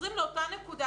חוזרים לאותה נקודה,